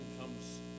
comes